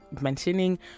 mentioning